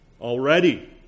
already